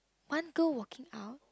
one girl walking out